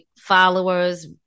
Followers